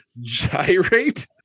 gyrate